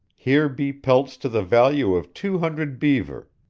here be pelts to the value of two hundred beaver.